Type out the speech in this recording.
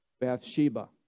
Bathsheba